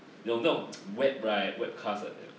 有那种 web right webcast 的